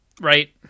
right